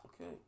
Okay